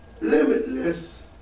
limitless